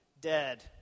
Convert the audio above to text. dead